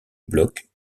blocs